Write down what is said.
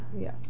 yes